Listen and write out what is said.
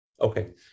Okay